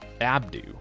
Abdu